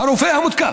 הרופא המותקף.